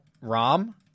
Rom